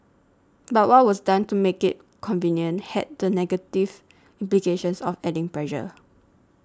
but what was done to make it convenient had the negative implications of adding pressure